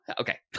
okay